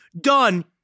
done